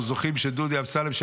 זוכים שדודי אמסלם,